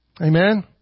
Amen